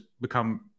become